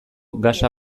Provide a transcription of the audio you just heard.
gasa